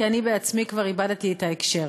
כי אני עצמי כבר איבדתי את ההקשר.